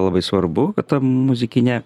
labai svarbu kad ta muzikinė